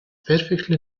perfectly